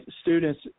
students